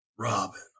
Robin